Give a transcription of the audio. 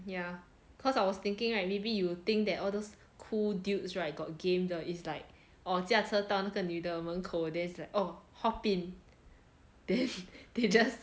mm ya cause I was thinking right maybe you will think that all those cool dudes right got game 的 is like orh 驾车到那个女的门口 then it's oh hop in then they just